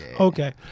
Okay